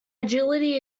agility